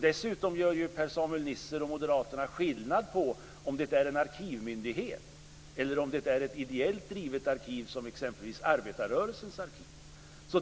Dessutom gör Per-Samuel Nisser och moderaterna skillnad på om det är en arkivmyndighet eller ett ideellt drivet arkiv som exempelvis Arbetarrörelsens arkiv.